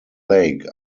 lake